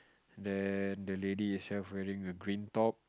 then the lady itself wearing a green top